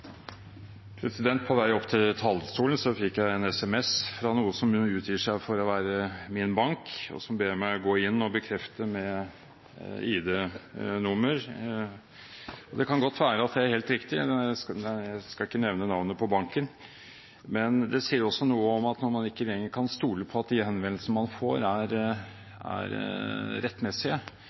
som ber meg om å gå inn og bekrefte med ID-nummer. Det kan godt være at det er helt riktig – jeg skal ikke nevne navnet på banken – men det sier også noe om at når man ikke lenger kan stole på at de henvendelsene man får, er rettmessige, skaper det trøbbel for vanlig kommunikasjon og senker anvendeligheten av det fantastiske verktøyet som det å kunne benytte digitale løsninger også er.